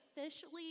officially